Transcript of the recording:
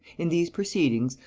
in these proceedings,